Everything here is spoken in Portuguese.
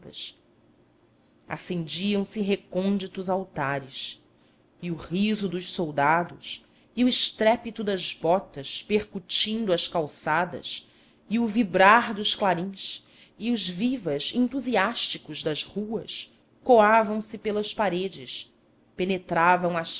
sacrossantas acendiam se recônditos altares e o riso dos soldados e o estrépito das botas percutindo as calçadas e o vibrar dos clarins e os vivas entusiásticos das ruas coavam se pelas paredes penetravam as